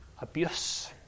abuse